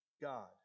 God